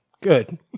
Good